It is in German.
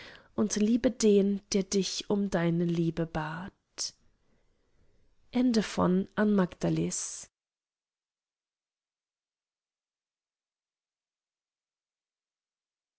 und liebe den der dich um deine liebe bat